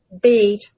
beat